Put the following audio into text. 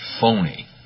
phony